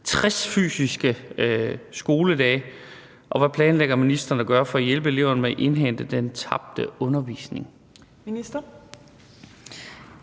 60 fysiske skoledage, og hvad planlægger ministeren at gøre for at hjælpe eleverne med at indhente den tabte undervisning?